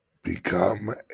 become